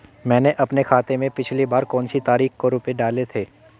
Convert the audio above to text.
मैंने अपने खाते में पिछली बार कौनसी तारीख को रुपये डाले थे?